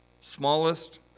Smallest